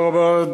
תודה רבה.